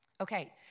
Okay